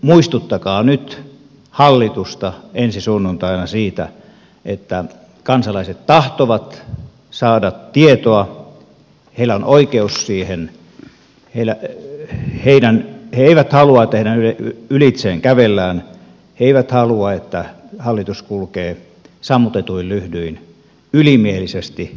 muistuttakaa nyt hallitusta ensi sunnuntaina siitä että kansalaiset tahtovat saada tietoa heillä on oikeus siihen he eivät halua että heidän ylitseen kävellään he eivät halua että hallitus kulkee sammutetuin lyhdyin ylimielisesti kohti vaaleja